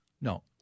No